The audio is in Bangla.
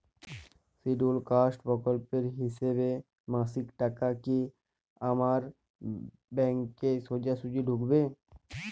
শিডিউলড কাস্ট প্রকল্পের হিসেবে মাসিক টাকা কি আমার ব্যাংকে সোজাসুজি ঢুকবে?